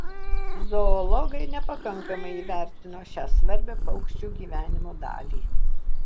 zoologai nepakankamai įvertino šią svarbią paukščių gyvenimo dalį